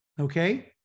Okay